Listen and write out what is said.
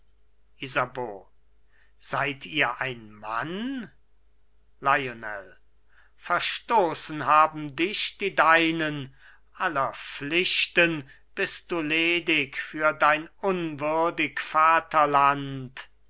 isabeau seid ihr ein mann lionel verstoßen haben dich die deinen aller pflichten bist du ledig für dein unwürdig vaterland